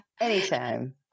Anytime